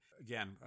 again